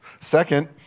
Second